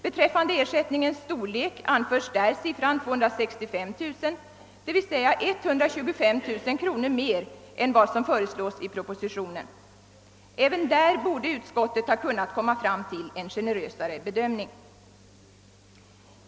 Beträffande ersättningens storlek anförs där siffran 265000 kronor, dvs. 125 000 kronor mer än vad som föreslås i propositionen. Även härvidlag borde utskottet ha kunnat komma fram till en generösare bedömning.